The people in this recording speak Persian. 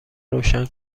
روشن